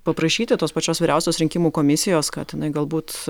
paprašyti tos pačios vyriausios rinkimų komisijos kad jinai galbūt